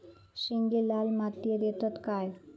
शेंगे लाल मातीयेत येतत काय?